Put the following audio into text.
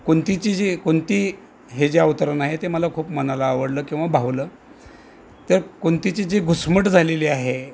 कुंतीची जे कुंती हे जे अवतरण आहे ते मला खूप मनाला आवडलं किंवा भावलं तर कुंतीची जी घुसमट झालेली आहे